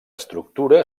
estructura